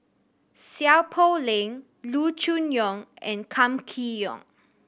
Seow Poh Leng Loo Choon Yong and Kam Kee Yong